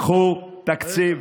קחו תקציב.